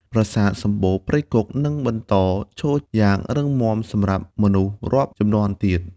ប្រាសាទសំបូរព្រៃគុក នឹងបន្តឈរយ៉ាងរឹងមាំសម្រាប់មនុស្សរាប់ជំនាន់ទៀត។